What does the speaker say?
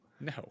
No